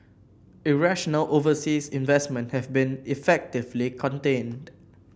irrational overseas investment have been effectively contained